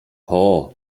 hoooo